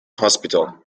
hospital